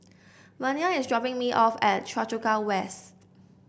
Vernia is dropping me off at Choa Chu Kang West